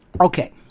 Okay